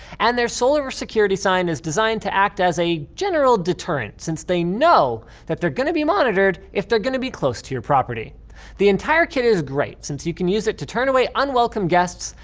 and their solar security sign is designed to act as a general deterrent, since they know that they're gonna be monitored if they're gonna be close to your property the entire kit is great, since you can use it to turn away unwelcome guests,